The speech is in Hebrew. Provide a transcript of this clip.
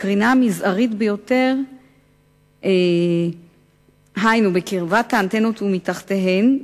הקרינה המזערית ביותר הינה בקרבת האנטנות ומתחתיהן,